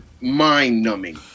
mind-numbing